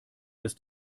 ist